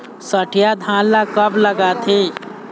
सठिया धान ला कब लगाथें?